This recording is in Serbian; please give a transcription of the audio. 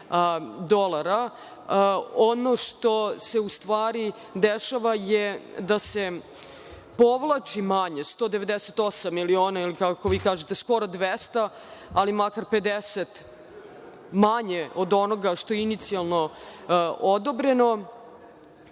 dolara. Ono što se u stvari dešava je da se povlači manje, 198 miliona ili, kako vi kažete, 200, ali makar 50 manje od onoga što je inicijalno